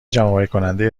جمعآوریکننده